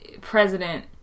president